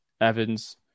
Evans